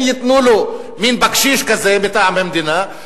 הם ייתנו לו מין בקשיש כזה מטעם המדינה,